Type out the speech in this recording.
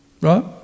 right